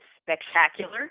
spectacular